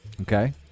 Okay